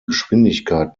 geschwindigkeit